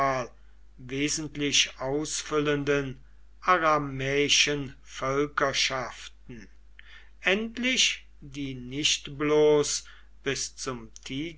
wesentlich ausfüllenden aramäischen völkerschaften endlich die nicht bloß bis zum